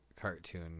cartoon